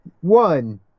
one